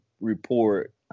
report